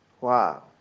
Wow